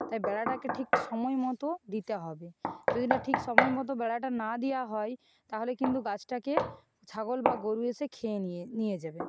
তাই বেড়াটাকে ঠিক সময়মতো দিতে হবে যদি না ঠিক সময়মতো বেড়াটা না দেওয়া হয় তাহলে কিন্তু গাছটাকে ছাগল বা গরু এসে খেয়ে নিয়ে নিয়ে যাবে